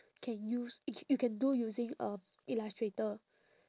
can use c~ you can do using um illustrator